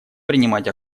принимать